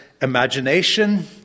imagination